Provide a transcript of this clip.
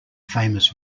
famous